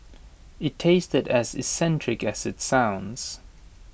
IT tasted as eccentric as IT sounds